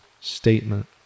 statement